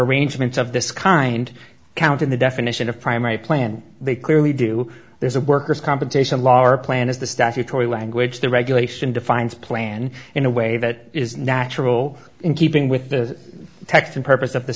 arrangements of this kind count in the definition of primary planned they clearly do there's a worker's compensation law or plan is the statutory language the regulation defines plan in a way that is natural in keeping with the text and purpose of the